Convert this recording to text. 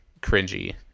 cringy